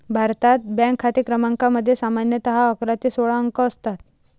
भारतात, बँक खाते क्रमांकामध्ये सामान्यतः अकरा ते सोळा अंक असतात